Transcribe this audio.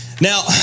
Now